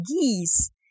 geese